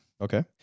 okay